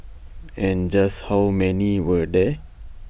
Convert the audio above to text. and just how many were there